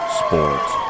sports